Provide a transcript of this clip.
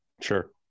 Sure